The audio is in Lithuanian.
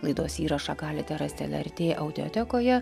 laidos įrašą galite rasti lrt audiotekoje